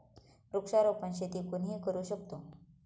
वृक्षारोपण शेती कोणीही करू शकतो